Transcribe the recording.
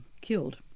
killed